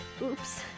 Oops